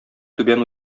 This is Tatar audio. түбән